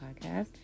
podcast